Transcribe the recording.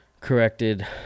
corrected